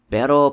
Pero